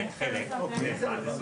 זאת ההצעה.